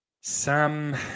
Sam